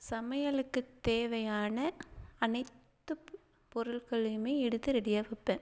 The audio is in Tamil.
சமையலுக்குத் தேவையான அனைத்துப் பொருள்களையுமே எடுத்து ரெடியாக வைப்பேன்